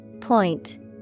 Point